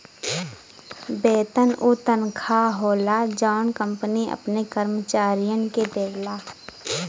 वेतन उ तनखा होला जौन कंपनी अपने कर्मचारियन के देवला